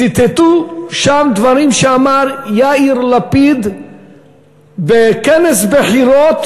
ציטטו שם דברים שאמר יאיר לפיד בכנס בחירות,